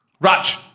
Raj